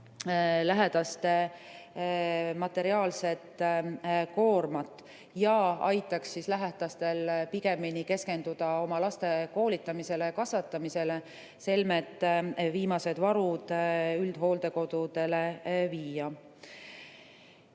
lähedaste materiaalset koormat ja aitaks neil pigem keskenduda oma laste koolitamisele ja kasvatamisele, selmet viimased varud üldhooldekodudele anda.